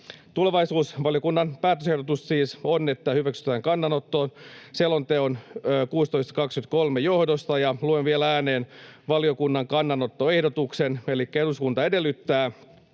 Tulevaisuusvaliokunnan päätösehdotus siis on, että hyväksytään kannanotto selonteon 16/2023 johdosta. Luen vielä ääneen valiokunnan kannanottoehdotuksen: ”Eduskunta edellyttää,